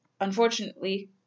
unfortunately